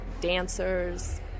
dancers